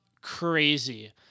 crazy